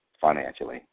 financially